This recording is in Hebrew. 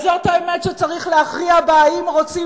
אז זאת האמת שצריך להכריע בה: האם רוצים